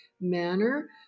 manner